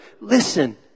Listen